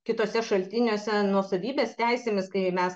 kituose šaltiniuose nuosavybės teisėmis kai mes